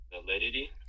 validity